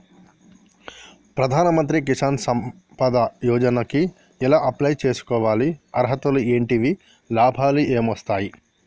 ప్రధాన మంత్రి కిసాన్ సంపద యోజన కి ఎలా అప్లయ్ చేసుకోవాలి? అర్హతలు ఏంటివి? లాభాలు ఏమొస్తాయి?